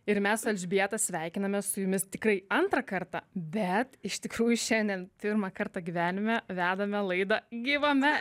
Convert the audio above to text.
ir mes su elžbieta sveikinamės su jumis tikrai antrą kartą bet iš tikrųjų šiandien pirmą kartą gyvenime vedame laidą gyvame